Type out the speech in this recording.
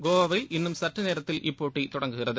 கோவாவில் இன்னும் சற்று நேரத்தில் இப்போட்டி தொடங்குகிறது